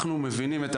אנחנו מבינים,